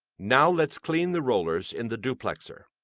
now let's clean the rollers in the duplexer.